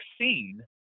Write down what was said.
vaccine